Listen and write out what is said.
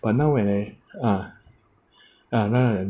but now when I ah ah no no no